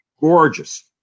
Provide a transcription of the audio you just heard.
gorgeous